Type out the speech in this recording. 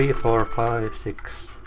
three, four, five, six.